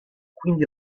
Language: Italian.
quindi